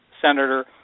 senator